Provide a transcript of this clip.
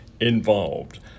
involved